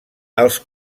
els